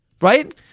Right